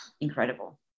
incredible